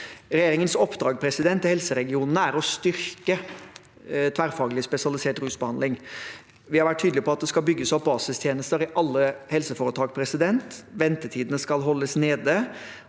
Regjeringens oppdrag i helseregionene er å styrke tverrfaglig spesialisert rusbehandling. Vi har vært tydelig på at det skal bygges opp basistjenester i alle helseforetak, at ventetidene skal holdes nede,